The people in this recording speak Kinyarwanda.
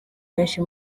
benshi